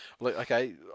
Okay